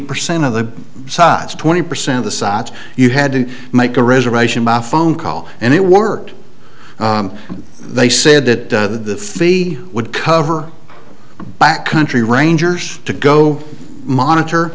percent of the sides twenty percent of the sites you had to make a reservation by phone call and it worked they said that the fee would cover the back country rangers to go monitor